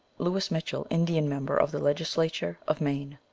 louis mitchell, indian member of the legislature of maine.